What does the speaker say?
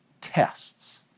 tests